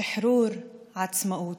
שחרור, עצמאות.